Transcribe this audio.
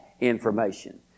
information